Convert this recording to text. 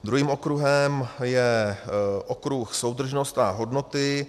Druhým okruhem je okruh soudržnost a hodnoty.